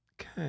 Okay